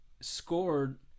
scored